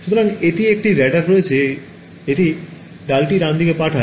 সুতরাং এটির একটি রাডার রয়েছে এটি ডালটি ডানদিকে পাঠায়